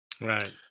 Right